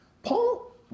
Paul